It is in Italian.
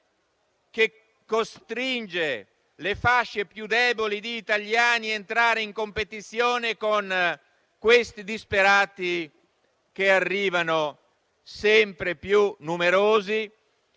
che costringe le fasce più deboli di italiani ad entrare in competizione con questi disperati che arrivano sempre più numerosi